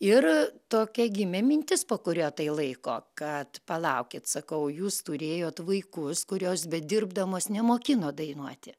ir tokia gimė mintis po kurio laiko kad palaukit sakau jūs turėjot vaikus kuriuos bedirbdamos nemokinot dainuoti